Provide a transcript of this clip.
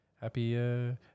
happy